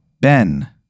Ben